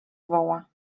woła